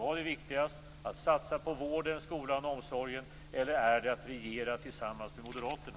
Är det viktigast att satsa på vården, skolan och omsorgen eller att regera tillsammans med moderaterna?